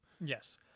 Yes